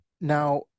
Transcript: Now